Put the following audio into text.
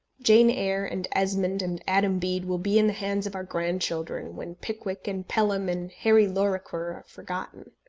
jane eyre, and esmond, and adam bede will be in the hands of our grandchildren, when pickwick, and pelham, and harry lorrequer are forgotten